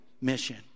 mission